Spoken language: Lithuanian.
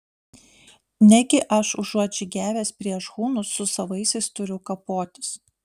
negi aš užuot žygiavęs prieš hunus su savaisiais turiu kapotis